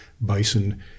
bison